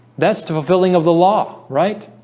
that's the fulfilling of the law, right